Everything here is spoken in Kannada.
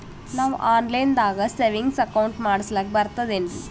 ನಾವು ಆನ್ ಲೈನ್ ದಾಗ ಸೇವಿಂಗ್ಸ್ ಅಕೌಂಟ್ ಮಾಡಸ್ಲಾಕ ಬರ್ತದೇನ್ರಿ?